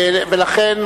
ולכן,